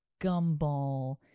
Gumball